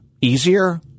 easier